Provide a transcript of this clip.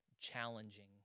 challenging